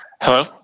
Hello